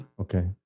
Okay